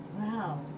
Wow